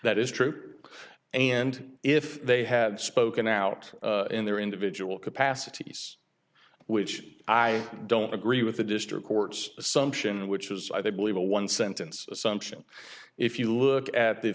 that is true and if they had spoken out in their individual capacities which i don't agree with the district court's assumption which is i believe a one sentence assumption if you look at the